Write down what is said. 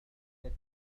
لمدة